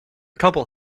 couple